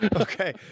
Okay